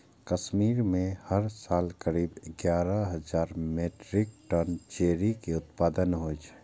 कश्मीर मे हर साल करीब एगारह हजार मीट्रिक टन चेरी के उत्पादन होइ छै